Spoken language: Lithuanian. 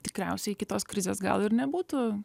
tikriausiai iki tos krizės gal ir nebūtų